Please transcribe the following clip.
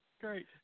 Great